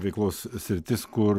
veiklos sritis kur